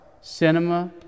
cinema